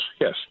yes